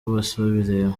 bosebabireba